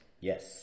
Yes